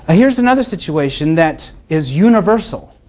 ah here's another situation that is universal.